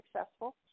successful